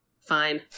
fine